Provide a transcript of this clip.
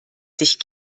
sich